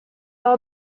all